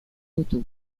photos